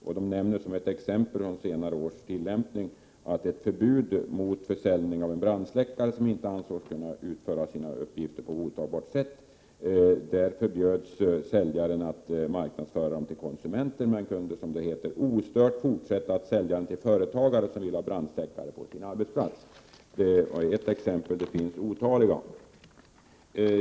Förbundet nämner som ett exempel från senare år en brandsläckare som inte ansågs kunna utföra sina uppgifter på godtagbart sätt: Säljaren förbjöds att marknadsföra brandsläckaren till konsumenter men kunde, som det heter, ostört fortsätta att sälja den till företagare som ville ha brandsläckare på sin arbetsplats. — Det är ett exempel; det finns otaliga.